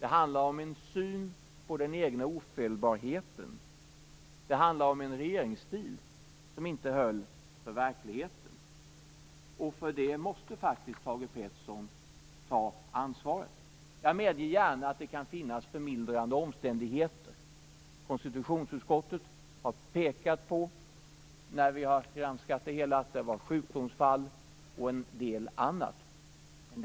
Det handlar om en syn på den egna ofelbarheten. Det handlar om en regeringsstil som inte höll för verkligheten. För det måste faktiskt Thage Peterson ta ansvaret. Jag medger gärna att det kan finnas förmildrande omständigheter. Konstitutionsutskottet har när det har granskat ärendet pekat på att det har varit sjukdomsfall och en del annat.